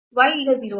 y ಈಗ 0 ಆಗಿದೆ